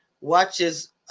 watches